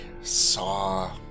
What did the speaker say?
saw